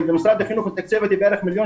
ומשרד החינוך מתקצב אותי בערך 1.6 מיליון?